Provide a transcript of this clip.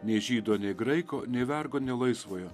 nei žydo nei graiko nei vergo nei laisvojo